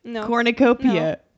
cornucopia